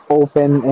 open